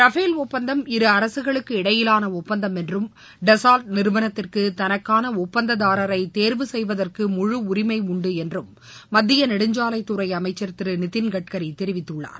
Rafale ஒப்பந்தம் இரு அரசுகளுக்கு இடையிலான ஒப்பந்தம் என்றும் டசால்ட் நிறுவனத்திற்கு தனக்கான ஒப்பந்ததாரரை தேர்வு செய்வதற்கு முழு உரிமை உண்டு என்றும் மத்திய நெடுஞ்சாலைத்துறை அமைச்சர் திரு நிதின் கட்கரி தெரிவித்துள்ளார்